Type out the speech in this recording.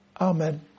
Amen